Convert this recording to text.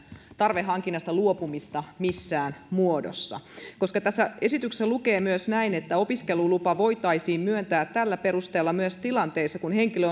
tarveharkinnasta luopumista missään muodossa koska tässä esityksessä lukee myös näin että oleskelulupa voitaisiin myöntää tällä perusteella myös tilanteissa kun henkilö